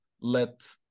let